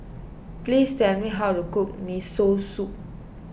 please tell me how to cook Miso Soup